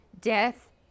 death